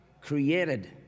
created